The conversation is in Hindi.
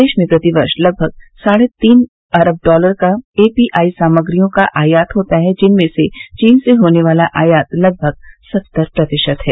देश में प्रति वर्ष लगभग साढ़े तीन अरब डॉलर का ए पी आई सामग्रियों का आयात होता है जिसमें चीन से होने वाला आयात लगभग सत्तर प्रतिशत है